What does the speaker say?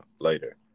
later